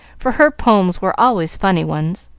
for her poems were always funny ones.